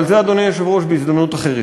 אבל זה, אדוני היושב-ראש, בהזדמנות אחרת.